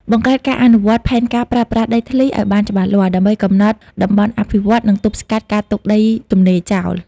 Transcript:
បង្កើតនិងអនុវត្តផែនការប្រើប្រាស់ដីធ្លីឲ្យបានច្បាស់លាស់ ដើម្បីកំណត់តំបន់អភិវឌ្ឍន៍ និងទប់ស្កាត់ការទុកដីទំនេរចោល។